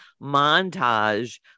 montage